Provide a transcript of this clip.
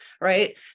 right